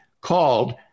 called